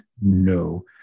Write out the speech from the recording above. No